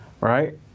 right